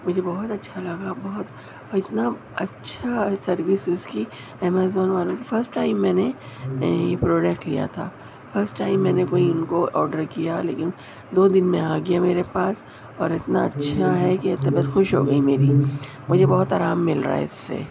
مجھے بہت اچھا لگا بہت اور اتنا اچھا سروس اس کی امازون والوں کی فسٹ ٹائم میں نے یہ پروڈکٹ لیا تھا فسٹ ٹائم میں نے کوئی ان کو آڈر کیا لیکن دو دن میں آ گیا میرے پاس اور اتنا اچھا ہے کہ طبیعت خوش ہو گئی میری مجھے بہت آرام مل رہا ہے اس سے